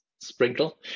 sprinkle